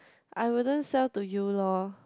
I wouldn't sell to you loh